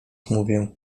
mówię